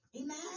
Amen